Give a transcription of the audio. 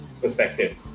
perspective